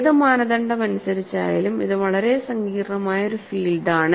ഏത് മാനദണ്ഡമനുസരിച്ചായാലും ഇത് വളരെ സങ്കീർണ്ണമായ ഒരു ഫീൽഡാണ്